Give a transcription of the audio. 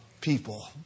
people